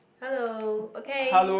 hello okay